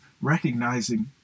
recognizing